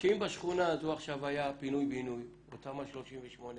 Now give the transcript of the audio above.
שאם בשכונה הזו עכשיו היה פינוי בינוי או תמ"א /38,